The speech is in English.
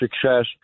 success